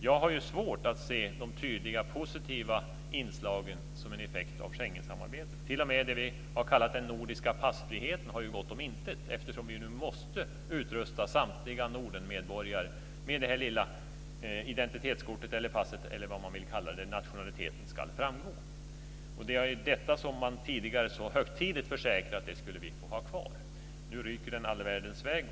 Jag har svårt att se de tydliga positiva inslagen som en effekt av Schengensamarbetet. T.o.m. det som vi har kallat den nordiska passfriheten har ju gått om intet, eftersom vi nu måste utrusta samtliga Nordenmedborgare med det här lilla identitetskortet eller passet eller vad man nu vill kalla det. Nationaliteten ska framgå. Det var ju det här som man tidigare så högtidligt försäkrade att vi skulle få ha kvar. Nu ryker passfriheten all världens väg.